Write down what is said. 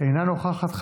אינה נוכחת,